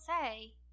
say